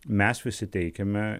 mes visi teikiame